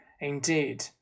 Indeed